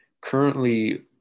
currently